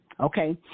okay